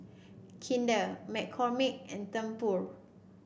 Kinder McCormick and Tempur